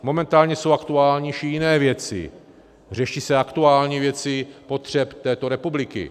Momentálně jsou aktuálnější jiné věci, řeší se aktuální věci potřeb této republiky.